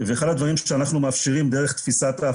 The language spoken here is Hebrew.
כיוון שאז אנחנו נלחמים ונאבקים